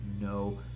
No